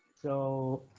so